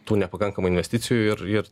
tų nepakankamų investicijų ir ir